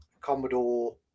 Commodore